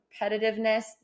competitiveness